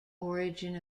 origin